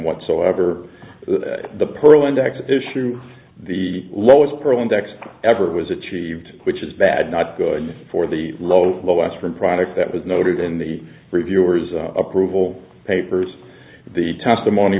texas issue the lowest pearl index ever was achieved which is bad not good for the low low aspirin product that was noted in the reviewers approval papers the testimony